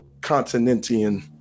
Continentian